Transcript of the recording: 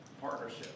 partnership